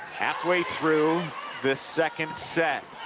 halfway through this second set